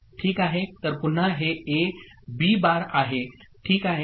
तर पुन्हा हे ए बी बार आहे ठीक आहे